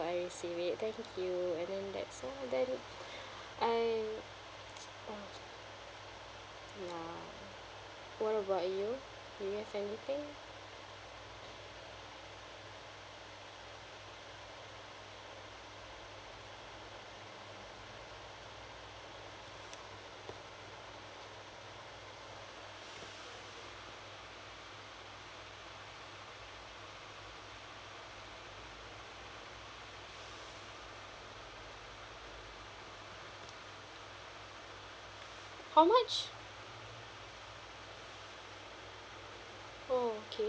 I receive it thank you and then that's all then I ah ya what about you do you have anything how much oh okay